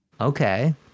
Okay